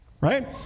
right